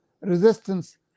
resistance